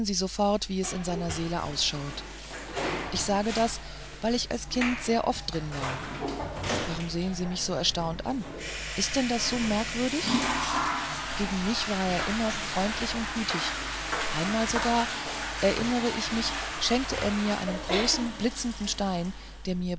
wie es in seiner seele ausschaut ich sage das weil ich als kind sehr oft drin war warum sehen sie mich so erstaunt an ist denn das so merkwürdig gegen mich war er immer freundlich und gütig einmal sogar erinnere ich mich schenkte er mir einen großen blitzenden stein der mir